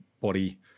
body